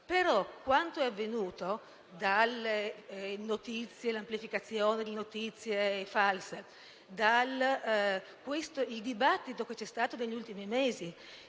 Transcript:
Però quanto è avvenuto, con l'amplificazione di notizie false, il dibattito che c'è stato negli ultimi mesi,